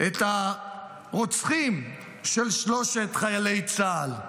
את הרוצחים של שלושת חיילי צה"ל.